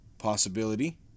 Possibility